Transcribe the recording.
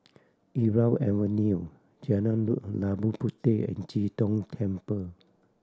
Irau Avenue Jalan Labu Puteh and Chee Tong Temple